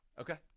Okay